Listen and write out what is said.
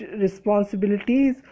responsibilities